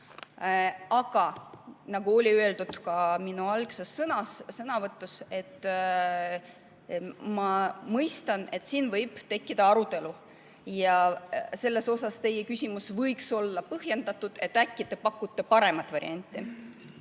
Aga nagu oli öeldud ka minu algses sõnavõtus, ma mõistan, et siin võib tekkida arutelu. Selles mõttes võiks teie küsimus olla põhjendatud, et äkki te pakute paremat varianti.